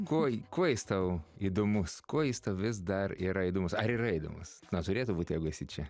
kuo kuo jis tau įdomus kuo jis vis dar yra įdomus ar yra įdomus na turėtų būt jeigu esi čia